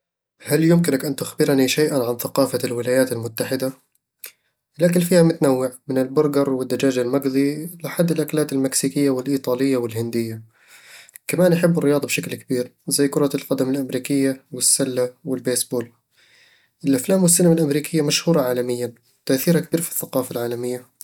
هل يمكنك أن تخبرني شيئًا عن ثقافة الولايات المتحدة؟ الأكل فيها متنوع، من البرغر والدجاج المقلي لحد الاكلات المكسيكية والإيطالية والهندية كمان يحبوا الرياضة بشكل كبير، زي كرة القدم الأمريكية والسلة والبيسبول الأفلام والسينما الأمريكية مشهورة عالميًا وتأثيرها كبير في الثقافة العالمية